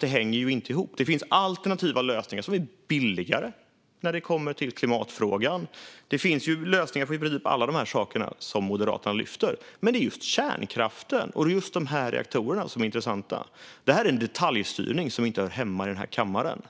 den inte hänger ihop. Det finns alternativa lösningar som är billigare när det kommer till klimatfrågan. Det finns lösningar på i princip alla dessa saker som Moderaterna lyfter upp. Men det är just kärnkraften och de här reaktorerna som är intressanta. Det här är detaljstyrning som inte hör hemma i den här kammaren.